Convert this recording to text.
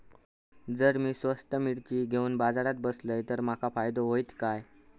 जर मी स्वतः मिर्ची घेवून बाजारात बसलय तर माका फायदो होयत काय?